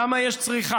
למה יש צריכה?